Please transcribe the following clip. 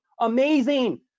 Amazing